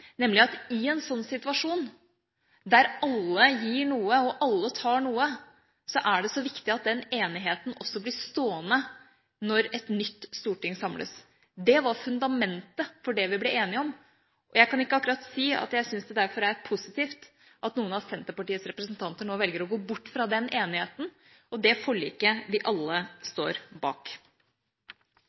en sånn situasjon, der alle gir noe og alle tar noe, er det så viktig at den enigheten også blir stående når et nytt storting samles. Det var fundamentet for det vi ble enige om, og jeg kan ikke akkurat si at jeg syns det er positivt at noen av Senterpartiets representanter nå velger å gå bort fra den enigheten og det forliket vi alle står bak.